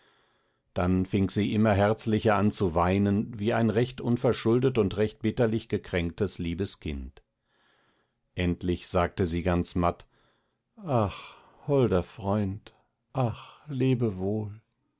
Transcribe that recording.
dann fing sie immer herzlicher an zu weinen wie ein recht unverschuldet und recht bitterlich gekränktes liebes kind endlich sagte sie ganz matt ach holder freund ach